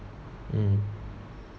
mm